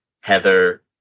Heather